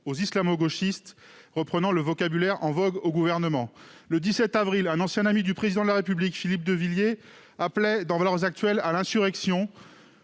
aux islamo-gauchistes », reprenant le vocabulaire en vogue au Gouvernement. Le 17 avril, un ancien ami du Président de la République, Philippe de Villiers, appelait dans à l'insurrection,